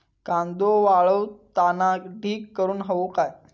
कांदो वाळवताना ढीग करून हवो काय?